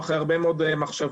אחרי הרבה מאוד מחשבה,